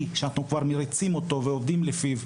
שאנחנו כבר מריצים אותו ועובדים לפיו.